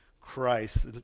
Christ